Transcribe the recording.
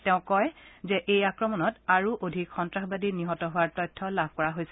তেওঁ কয় যে এই আক্ৰমণত আৰু অধিক সন্তাসবাদী নিহত হোৱাৰ তথ্য লাভ কৰা হৈছে